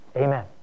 Amen